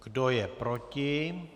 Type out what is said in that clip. Kdo je proti?